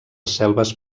selves